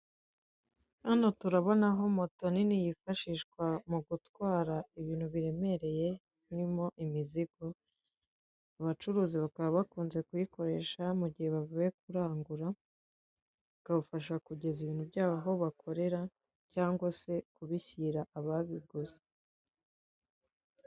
Hano turabonaho moto nini yifashishwa mu gutwara ibintu biremereye birimo imizigo, abacuruzi bakaba bakunze kuyikoresha mugihe bavuye kurangura bikabafasha kugeza ibintu byabo aho bakorera cyangwa se kubishyira ababiguze.